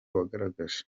wagaragaje